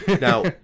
Now